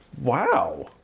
Wow